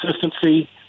consistency